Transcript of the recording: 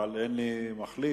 אבל אין לי מחליף,